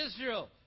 Israel